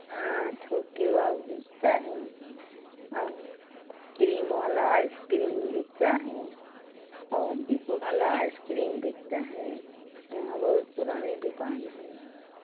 हाँ थोक के भाव बिकती है और क्रीम वाली आइसक्रीम बिकती है और दूध वाली आइसक्रीम बिकती है यहाँ बहुत पुरानी दुकान है